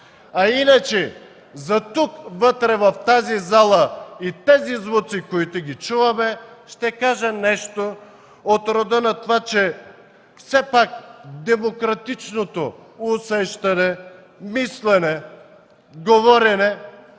А иначе тук, вътре, в тази зала и тези звуци, които чуваме, ще кажа нещо от рода на това, че все пак демократичното усещане, мислене, говорене,